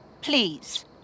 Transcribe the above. Please